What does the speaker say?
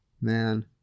man